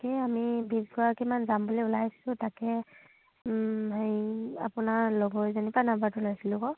তাকেই আমি বিছগৰাকীমান যাম বুলি ওলাইছিলোঁ তাকে হেৰি আপোনাৰ লগৰজনীৰপৰা নাম্বাৰটো লৈছিলোঁ আকৌ